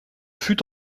fut